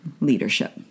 leadership